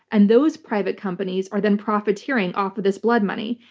and those private companies are then profiteering off of this blood money.